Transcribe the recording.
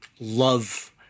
love